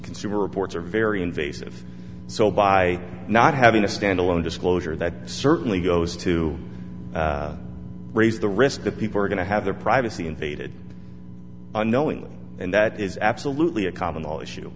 consumer reports are very invasive so by not having a standalone disclosure that certainly goes to raise the risk that people are going to have their privacy invaded knowing that is absolutely a common goal issue